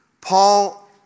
Paul